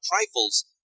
trifles